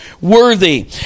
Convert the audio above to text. worthy